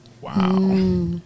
Wow